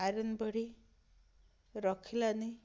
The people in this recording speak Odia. ଆଇରନ୍ ପେଡ଼ି ରଖିଲାନି